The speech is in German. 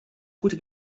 gute